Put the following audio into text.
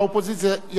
יש כרגע סיכויים,